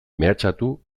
mehatxatu